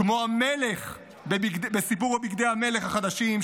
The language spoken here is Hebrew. כמו המלך בסיפור בגדי המלך החדשים,